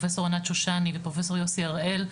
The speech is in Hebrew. פרופסור ענת שושני ופרופסור יוסי הראל,